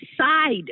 side